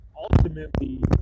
ultimately